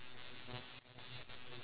ah cannot